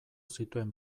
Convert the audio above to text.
zituen